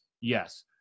Yes